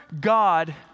God